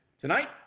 Tonight